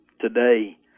today